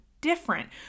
different